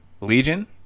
Legion